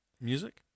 Music